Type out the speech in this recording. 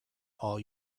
all